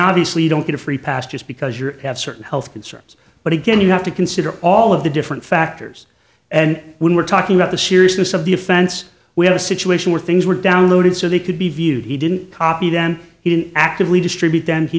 obviously don't get a free pass just because you're have certain health concerns but again you have to consider all of the different factors and when we're talking about the seriousness of the offense we have a situation where things were downloaded so they could be viewed he didn't copy then he didn't actively distribute them he